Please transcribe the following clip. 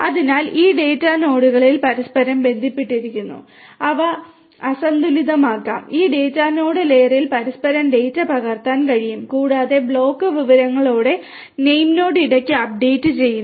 അതിനാൽ ഈ ഡാറ്റാ നോഡുകളും പരസ്പരം ബന്ധപ്പെട്ടിരിക്കുന്നു അവ അസന്തുലിതമാക്കാം ഈ ഡാറ്റാനോഡ് ലെയറിൽ പരസ്പരം ഡാറ്റ പകർത്താൻ കഴിയും കൂടാതെ ബ്ലോക്ക് വിവരങ്ങളോടെ നാമോഡ് ഇടയ്ക്കിടെ അപ്ഡേറ്റ് ചെയ്യുന്നു